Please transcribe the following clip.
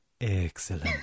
Excellent